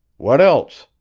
what else?